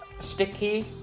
sticky